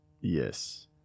Yes